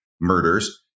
murders